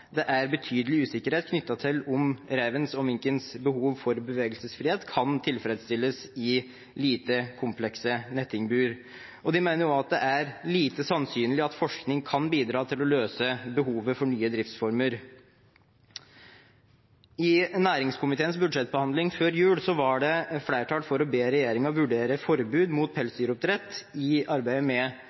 det er betydelig usikkerhet knyttet til om revens og minkens behov for bevegelsesfrihet kan tilfredsstilles i lite komplekse nettingbur. De mener også at det er lite sannsynlig at forskning kan bidra til å løse behovet for nye driftsformer. I næringskomiteens budsjettbehandling før jul var det flertall for å be regjeringen vurdere forbud mot pelsdyroppdrett i arbeidet med